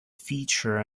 feature